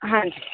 ਹਾਂਜੀ